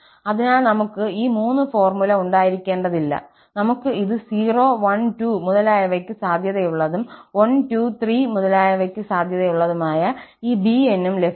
അതിനാൽ നമുക് ഈ മൂന്ന് ഫോർമുല ഉണ്ടായിരിക്കേണ്ടതില്ല നമുക്ക് ഇത് 0 1 2 മുതലായവയ്ക്ക് സാധുതയുള്ളതും 1 2 3 മുതലായവയ്ക്ക് സാധുതയുള്ളതുമായ ഈ bn ഉം ലഭിക്കും